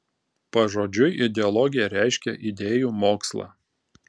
pažodžiui ideologija reiškia idėjų mokslą